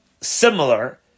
similar